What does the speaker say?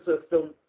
system